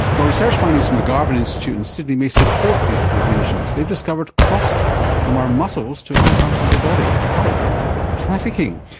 well, research findings from the garvan institute in sydney may support these contentions. they've discovered cross talk from our muscles to other parts of the body. they call it trafficking.